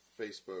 facebook